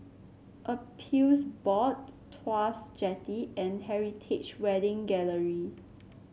Appeals Board Tuas Jetty and Heritage Wedding Gallery